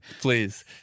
Please